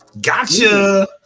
gotcha